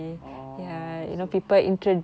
oh oh so